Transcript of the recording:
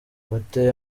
bateye